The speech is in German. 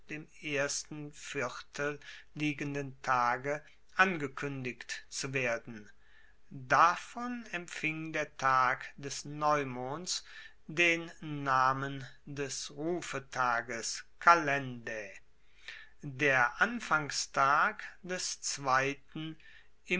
dem ersten viertel liegenden tage angekuendigt zu werden davon empfing der tag des neumonds den namen des rufetages kalendae der anfangstag des zweiten